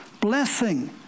Blessing